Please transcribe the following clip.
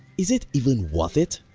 is it even worth it?